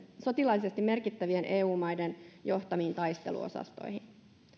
sotilaallisesti merkittävien eu maiden johtamiin taisteluosastoihin